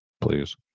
please